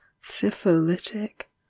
syphilitic